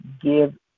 give